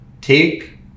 take